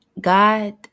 God